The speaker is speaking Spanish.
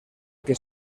que